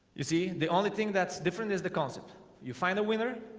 you see the only thing that's different is the concept you find a winner